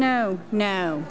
no no